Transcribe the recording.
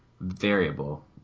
variable